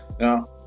Now